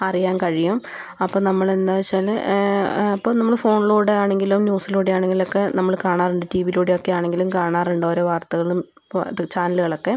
അറിയാൻ കഴിയും അപ്പം നമ്മളെന്താണെന്ന് വെച്ചാൽ അപ്പം നമ്മൾ ഫോണിലൂടെയാണെങ്കിലും ന്യൂസിലൂടെയാണെങ്കിലും ഒക്കെ നമ്മൾ കാണാറുണ്ട് ടി വിയിലൂടെ ഒക്കെയാണെങ്കിലും കാണാറുണ്ട് ഓരോ വാർത്തകളും ഇപ്പോൾ ചാനലുകളും ഒക്കെ